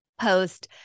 post